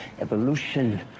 evolution